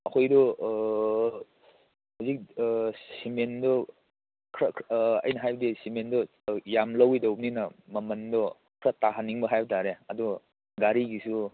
ꯑꯩꯈꯣꯏꯒꯤꯗꯣ ꯍꯧꯖꯤꯛ ꯁꯤꯃꯦꯟꯗꯨ ꯈꯔ ꯈꯔ ꯑꯩꯅ ꯍꯥꯏꯕꯗꯤ ꯁꯤꯃꯦꯟꯗꯨ ꯌꯥꯝ ꯂꯧꯒꯗꯧꯕꯅꯤꯅ ꯃꯃꯜꯗꯣ ꯈꯔ ꯇꯥꯍꯟꯅꯤꯡꯕ ꯍꯥꯏꯕ ꯇꯥꯔꯦ ꯑꯗꯣ ꯒꯥꯔꯤꯒꯤꯁꯨ